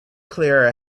clara